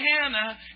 Hannah